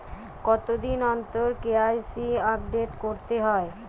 কতদিন অন্তর KYC update করতে হবে?